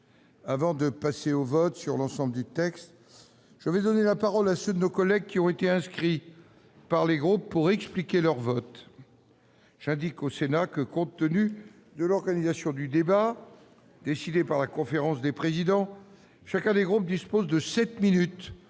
Avant de passer au vote sur l'ensemble du texte, je vais donner la parole à ceux de nos collègues qui ont été inscrits par les groupes pour expliquer leur vote. J'indique au Sénat que, compte tenu de l'organisation du débat décidée par la conférence des présidents, chacun des groupes dispose de sept minutes